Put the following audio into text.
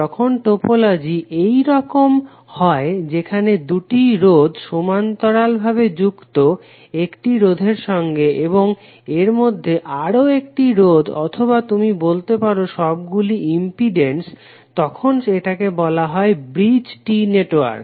যখন টোপোলজি এইরকম হয় যেখানে দুটি রোধ সমান্তরাল ভাবে যুক্ত একটি রোধের সঙ্গে এবং এর মধ্যে আরও একটি রোধ অথবা তুমি বলতে পারো সবগুলি ইম্পিডেন্স তখন এটাকে বলা হয় ব্রীজ T নেটওয়ার্ক